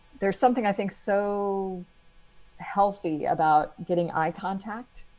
there's something i think so healthy about getting eye contact,